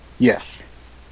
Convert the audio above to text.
Yes